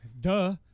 duh